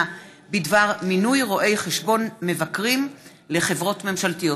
בדבר מינוי רואי חשבון מבקרים לחברות ממשלתיות.